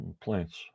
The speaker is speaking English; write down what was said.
plants